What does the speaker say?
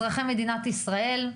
אזרחי מדינת ישראל,